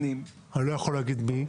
אני לא יכול להגיד מי.